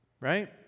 right